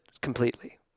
completely